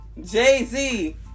Jay-Z